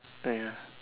ya